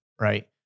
right